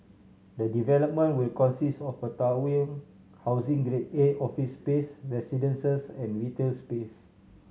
the development will consist of a towering housing Grade A office space residences and retail space